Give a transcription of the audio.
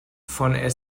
von